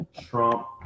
trump